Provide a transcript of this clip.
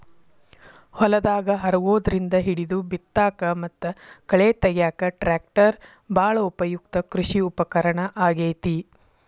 ಹೊಲದಾಗ ಹರಗೋದ್ರಿಂದ ಹಿಡಿದು ಬಿತ್ತಾಕ ಮತ್ತ ಕಳೆ ತಗ್ಯಾಕ ಟ್ರ್ಯಾಕ್ಟರ್ ಬಾಳ ಉಪಯುಕ್ತ ಕೃಷಿ ಉಪಕರಣ ಆಗೇತಿ